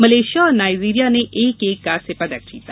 Malaysia और Nigeria ने एक एक कांस्य पदक जीता